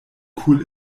cool